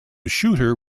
shooter